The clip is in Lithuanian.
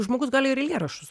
žmogus gali ir eilėraščius